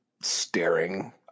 Staring